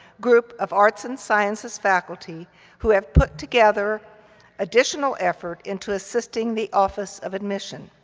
group of arts and sciences faculty who have put together additional effort into assisting the office of admission.